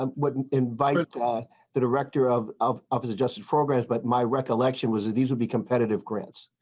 ah wouldn't invite a call the director of of others just progress but my recollection was that these will be competitive grants.